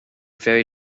very